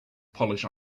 polish